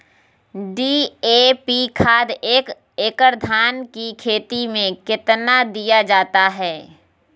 DAP खाद एक एकड़ धान की खेती में कितना दीया जाता है?